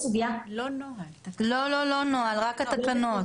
לא, לא, לא נוהל, רק התקנות.